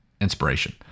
inspiration